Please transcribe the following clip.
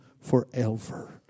forever